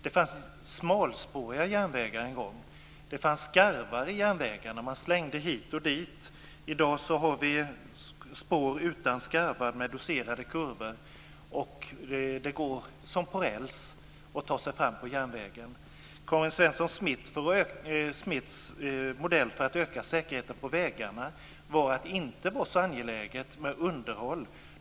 Det fanns en gång i tiden smalspåriga järnvägar. Det fanns skarvar i järnvägarna, och vagnarna slängde hit och dit. I dag finns spår utan skarvar med doserade kurvor. Det går som "på räls" att ta sig fram på järnvägen. Karin Svenssons Smiths modell för att öka säkerheten på vägarna är att det inte är så angeläget med underhåll.